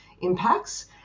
impacts